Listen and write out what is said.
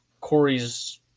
Corey's